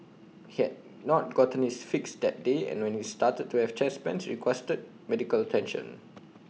he had not gotten his fix that day and when he started to have chest pains requested medical attention